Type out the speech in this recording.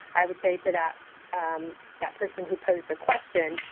i would say to that um that person who posed the question,